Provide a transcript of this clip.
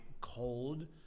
cold